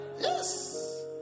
Yes